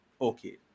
okay